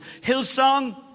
Hillsong